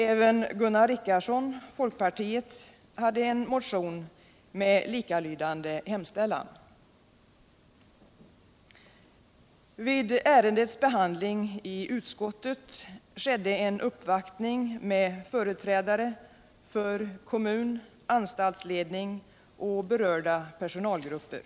Även Gunnar Richardson, folkpartiet, väckte en motion med likalydande hemställan. Vid ärendets behandling i utskottet skedde en uppvaktning med företrädare för kommun, anstaltsledning och berörda personalgrupper.